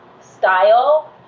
style